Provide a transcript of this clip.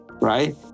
right